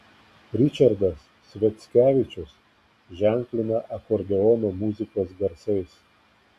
ričardas sviackevičius ženklina akordeono muzikos garsais